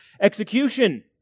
execution